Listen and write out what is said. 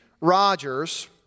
Rogers